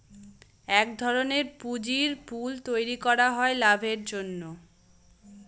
এক ধরনের পুঁজির পুল তৈরী করা হয় লাভের জন্য